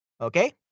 Okay